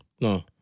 No